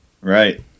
Right